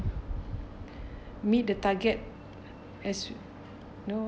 meet the target as you know